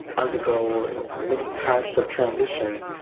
undergo many types of transition,